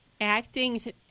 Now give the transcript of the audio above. acting